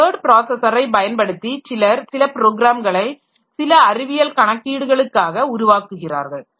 இந்த வேர்ட் ப்ராஸஸரை பயன்படுத்தி சிலர் சில ப்ரோக்ராம்களை சில அறிவியல் கணக்கீடுகளுக்காக உருவாக்குகிறார்கள்